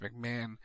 McMahon